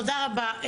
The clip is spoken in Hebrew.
תודה רבה.